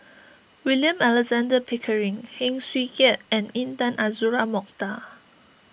William Alexander Pickering Heng Swee Keat and Intan Azura Mokhtar